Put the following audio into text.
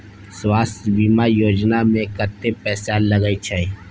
स्वास्थ बीमा योजना में कत्ते पैसा लगय छै?